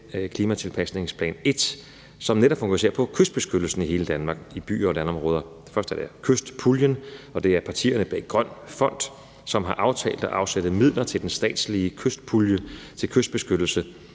klimatilpasningsplan 1, som netop fokuserer på kystbeskyttelsen i hele Danmark, i byer og landområder. Først er der kystpuljen, og det er partierne bag Grøn Fond, som har aftalt at afsætte midler til den statslige kystpulje, til kystbeskyttelse.